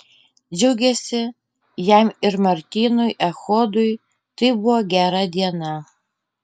džiaugėsi jam ir martynui echodui tai buvo gera diena